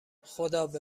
خدابه